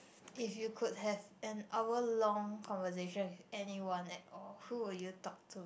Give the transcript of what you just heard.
if you could have an hour long conversation with anyone at all who would you talk to